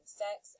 sex